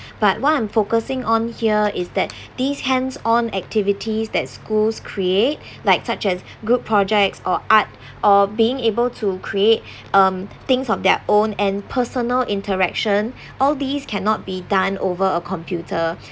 but what I'm focusing on here is that these hands on activities that schools create like such as group projects or art or being able to create um things of their own and personal interaction all these cannot be done over a computer